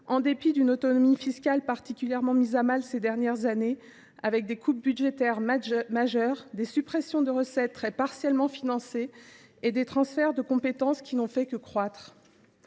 en dépit d’une autonomie fiscale particulièrement mise à mal ces dernières années, avec des coupes budgétaires majeures, des suppressions de recettes très partiellement financées et des transferts de compétence qui n’ont fait que croître.